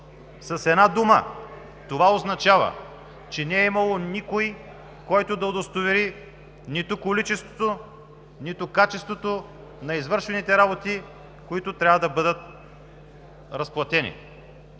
С една дума, това означава, че не е имало никой, който да удостовери нито количеството, нито качеството на извършените работи, които трябва да бъдат разплатени.